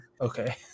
okay